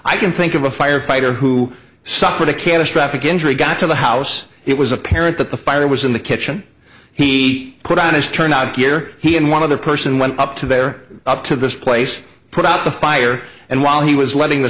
i can think of a firefighter who suffered a catastrophic injury got to the house it was apparent that the fire was in the kitchen he put on his turnout gear he and one other person went up to bear up to this place put out the fire and while he was letting the